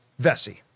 Vessi